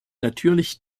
natürlich